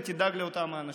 ותדאג לאותם אנשים.